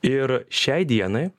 ir šiai dienai